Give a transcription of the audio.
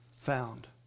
found